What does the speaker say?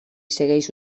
segueix